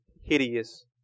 hideous